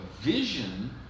vision